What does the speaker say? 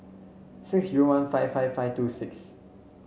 six zero one five five five two six